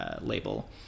label